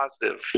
positive